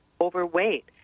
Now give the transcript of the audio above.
overweight